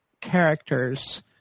characters